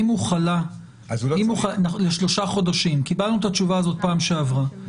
אם הוא חלה לשלושה חודשים קיבלנו את התשובה הזאת פעם שעברה,